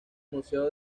museo